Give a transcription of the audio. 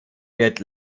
wird